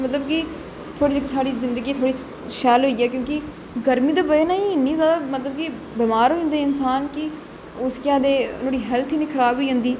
मतलब कि थोह्ड़ी जेहकी साढ़ी जिंदगी थोह्ड़ी शैल होई जा कि क्योंकि गर्मी दी बजह कन्नै इन्नी ज्यादा मतलब कि बमार होई जंदा इसांन कि उसी केह् आक्खदे ओहदी हैल्थ इन्नी खराब होई जंदी